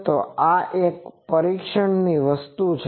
તો આ પણ એક પરીક્ષણ વસ્તુ છે